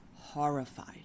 horrified